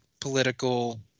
political